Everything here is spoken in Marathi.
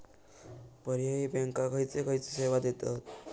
पर्यायी बँका खयचे खयचे सेवा देतत?